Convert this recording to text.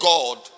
God